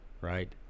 right